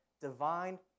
divine